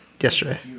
Yesterday